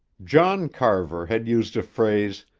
john carver had used a phrase,